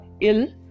ill